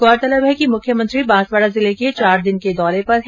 गौरतलब है कि मुख्यमंत्री बांसवाड़ा जिले के चार दिन के दौरे पर है